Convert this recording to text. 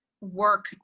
work